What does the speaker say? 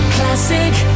Classic